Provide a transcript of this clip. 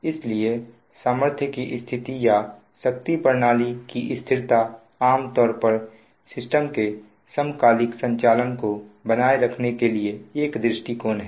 इसलिए सामर्थ्य की स्थिति या शक्ति प्रणाली की स्थिरता आमतौर पर सिस्टम के समकालिक संचालन को बनाए रखने के लिए एक दृष्टिकोण है